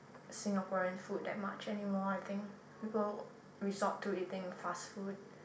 Singaporean food that much anymore I think people resort to eating fast food